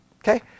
Okay